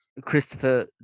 Christopher